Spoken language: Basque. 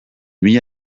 mila